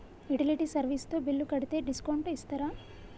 Utility service తో bill కడితే discount ఇస్తరా?